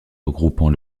regroupant